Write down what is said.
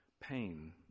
pain